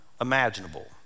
imaginable